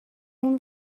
اون